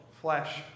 flesh